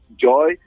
joy